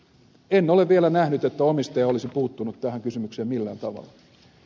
en ole vielä nähnyt että omistaja olisi puuttunut tähän kysymykseen millään tavalla